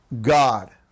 God